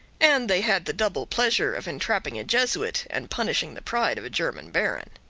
and they had the double pleasure of entrapping a jesuit, and punishing the pride of a german baron.